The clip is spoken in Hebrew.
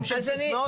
-- בסיסמאות.